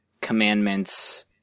commandments